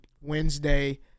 Wednesday